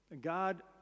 God